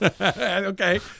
okay